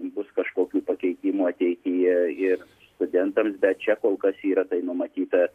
bus kažkokių pakeitimų ateityje ir studentams bet čia kol kas yra tai numatyta